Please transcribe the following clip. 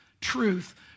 truth